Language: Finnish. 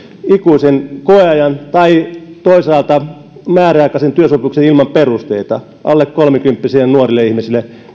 ikuisen koeajan tai toisaalta määräaikaisen työsopimuksen ilman perusteita alle kolmekymppisille nuorille ihmisille